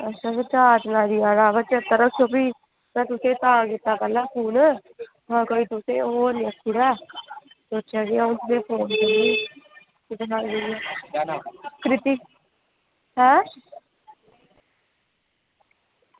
अच्छा ते चार चिनारी जाना अवा चेता रक्खेओ फ्ही में तुसेंगी तां कीता पैह्लें फोन महां कोई तुसेंगी ई होर निं आक्खी ओड़े सोचेआ कि अ'ऊं तुसेंगी फोन करनी आं ऐं